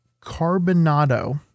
carbonado